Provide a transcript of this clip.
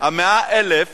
ה-100,000